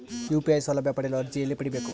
UPI ಸೌಲಭ್ಯ ಪಡೆಯಲು ಅರ್ಜಿ ಎಲ್ಲಿ ಪಡಿಬೇಕು?